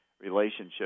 relationship